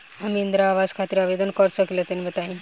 हम इंद्रा आवास खातिर आवेदन कर सकिला तनि बताई?